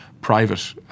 private